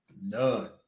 none